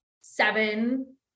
seven